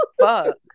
Fuck